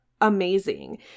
amazing